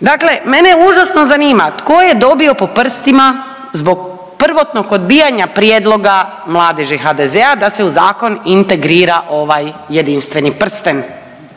Dakle mene užasno zanima tko je dobio po prstima zbog prvotnog odbijanja prijedloga Mladeži HDZ-a da se u zakon integrira ovaj jedinstveni prsten